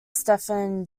stephan